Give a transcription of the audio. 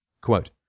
Quote